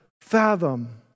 fathom